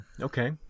okay